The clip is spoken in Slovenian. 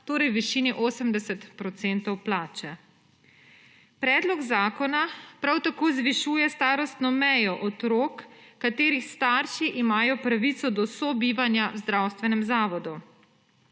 torej v višini 80 % plače. Predlog zakona prav zvišuje starostno mejo otrok, katerih starši imajo pravico do sobivanja v zdravstvenem zavodu.